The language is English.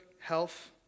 health